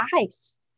Ice